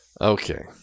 Okay